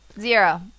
Zero